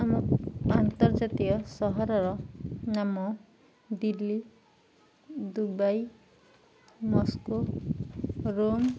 ଆମ ଆନ୍ତର୍ଜାତୀୟ ସହରର ନାମ ଦିଲ୍ଲୀ ଦୁବାଇ ମସ୍କୋ ରୋମ୍